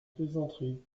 plaisanterie